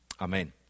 Amen